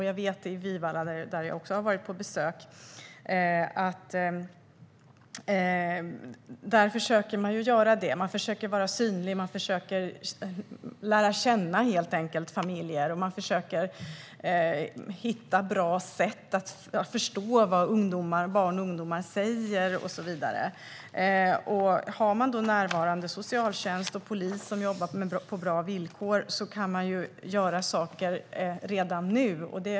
Jag har varit på besök i Vivalla och vet att där försöker man vara synlig, lära känna familjer, hitta bra sätt att förstå vad barn och ungdomar säger och så vidare. Finns det då socialtjänst och polis närvarande som jobbar med bra villkor kan man göra saker redan nu.